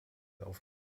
auf